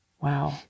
Wow